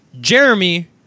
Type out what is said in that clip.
Jeremy